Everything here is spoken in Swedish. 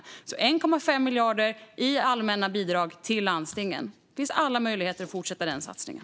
Det är alltså 1,5 miljarder i allmänna bidrag till landstingen, och det finns alla möjligheter att fortsätta den satsningen.